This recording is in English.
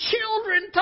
children